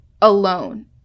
alone